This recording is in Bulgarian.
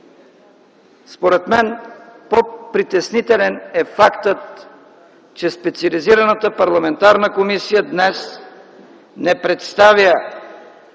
Според мен по-притеснителен е фактът, че специализираната парламентарна комисия днес не представя